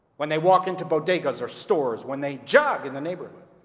when they walk into bodegas or stores when they jog in the neighborhood.